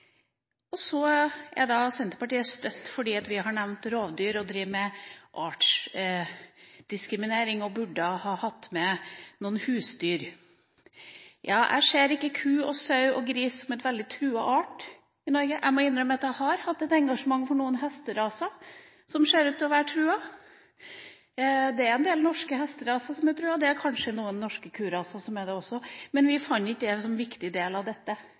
saka. Så er Senterpartiet støtt fordi vi har nevnt rovdyr – vi driver med artsdiskriminering og burde hatt med noen husdyr. Jeg ser ikke ku og sau og gris som veldig truede arter i Norge. Jeg må innrømme at jeg har hatt et engasjement for noen hesteraser som ser ut til å være truet. Det er en del norske hesteraser som er truet, det er kanskje noen norske kuraser som er det også. Men vi fant ikke det som en viktig del av dette.